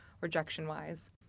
rejection-wise